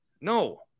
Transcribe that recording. No